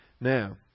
now